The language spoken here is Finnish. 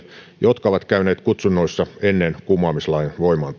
jotka ovat käyneet kutsunnoissa ennen kumoamislain voimaantuloa